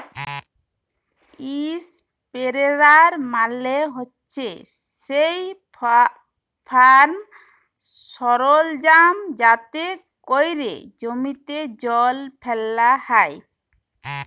ইসপেরেয়ার মালে হছে সেই ফার্ম সরলজাম যাতে ক্যরে জমিতে জল ফ্যালা হ্যয়